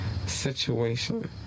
situation